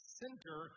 center